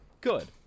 good